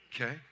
Okay